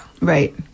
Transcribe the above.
Right